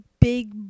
big